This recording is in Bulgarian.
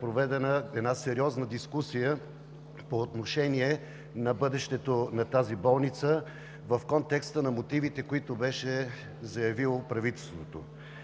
проведена една сериозна дискусия по отношение на бъдещето на тази болница в контекста на мотивите, които беше заявило правителството.